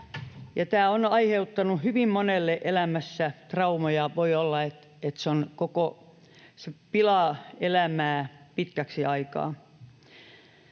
Tämä on aiheuttanut hyvin monelle elämässä traumoja — voi olla, että se pilaa elämää pitkäksi aikaa.